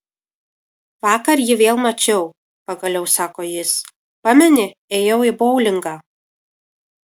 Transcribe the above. vakar jį vėl mačiau pagaliau sako jis pameni ėjau į boulingą